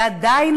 ועדיין,